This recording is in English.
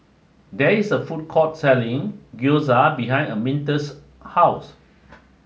there is a food court selling Gyoza behind Arminta's house